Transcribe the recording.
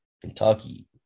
Kentucky